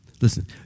Listen